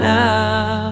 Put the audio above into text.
now